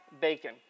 bacon